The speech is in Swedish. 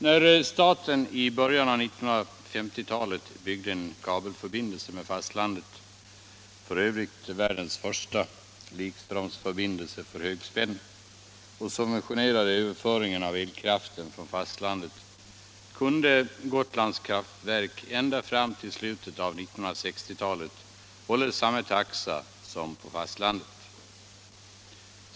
Sedan staten i början av 1950-talet byggt en kabelförbindelse med fastlandet — f. ö. världens första likströmsförbindelse för högspänning — och börjat subventionera överföringen av elkraft från fastlandet, kunde Gotlands kraftverk ända fram till slutet av 1960-talet hålla samma taxor som på fastlandet.